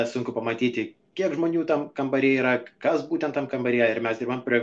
sunku pamatyti kiek žmonių tam kambary yra kas būtent tam kambaryje ir mes dirbam prie